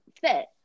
fit